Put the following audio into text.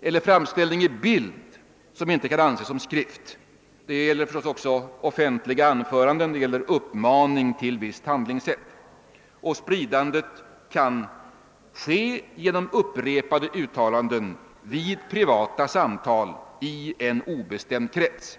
eler framställning i bild som inte kan anses som skrift. Det gäller förstås också officiella anföranden och uppmaning till visst handlingssätt. Spridandet kan ske genom upprepade uttalanden vid privata samtal i en obestämd krets.